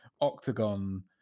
octagon